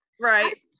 Right